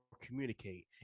communicate